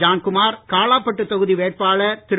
ஜான்குமார் காலாப்பட்டு தொகுதி வேட்பாளர் திரு